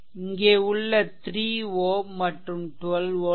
இங்கே உள்ள 3 Ω மற்றும் 12 volt